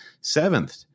seventh